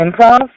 improv